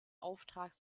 auftrag